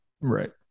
right